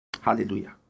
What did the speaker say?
Hallelujah